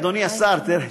אדוני השר דרעי,